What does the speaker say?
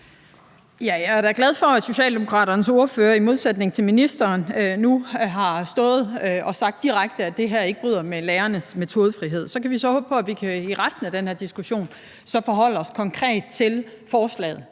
Jeg er da glad for, at Socialdemokraternes ordfører, i modsætning til ministeren, nu har stået og sagt direkte, at det her ikke bryder med lærernes metodefrihed. Så kan vi så håbe på, at vi i resten af den her diskussion kan forholde os konkret til forslaget,